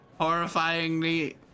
Horrifyingly